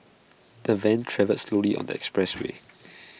the van travelled slowly on the expressway